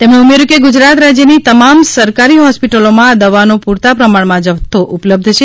તેમણે ઉમેર્યું કે ગુજરાત રાજ્યની તમામ સરકારી હોસ્પિટલોમાં આ દવાનો પુરતા પ્રમાણમાં જથ્થો ઉપલબ્ધ છે